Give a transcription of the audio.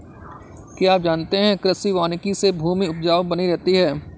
क्या आप जानते है कृषि वानिकी से भूमि उपजाऊ बनी रहती है?